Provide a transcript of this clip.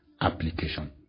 application